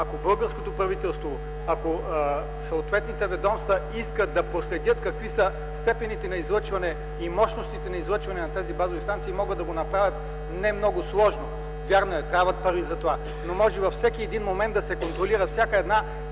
ако българското правителство и съответните ведомства искат да проследят какви са степените на излъчване и мощностите на излъчване на тези базови излъчвателни станции, могат да го направят, не е много сложно. Вярно е, че трябват пари за това. Във всеки един момент обаче ще може да се контролира всяка една